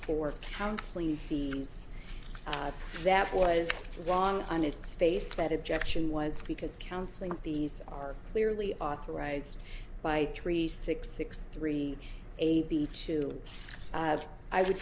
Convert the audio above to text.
for counseling that was wrong on its face that objection was because counseling these are clearly authorized by three six six three eight b two i would